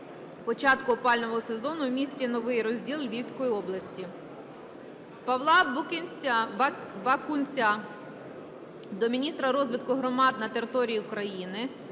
початку опалювального сезону в місті Новий Розділ Львівської області. Павла Букинця, Бакунця до міністра розвитку громад на територій України,